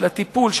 של הטיפול,